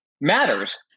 matters